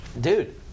dude